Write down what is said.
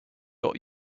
got